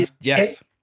yes